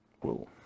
Whoa